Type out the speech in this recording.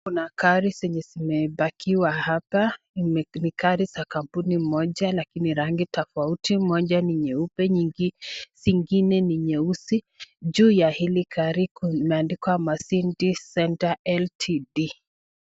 Kuna gari zenye zimepakiwa hapa. Ni gari za kampuni moja lakini rangi tofauti. Moja ni nyeupe nyingi zengine ni nyeusi. Juu ya hili gari kumeandikwa Mercedes Center Ltd.